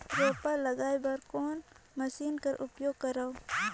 रोपा लगाय बर कोन मशीन कर उपयोग करव?